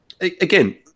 again